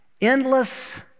Endless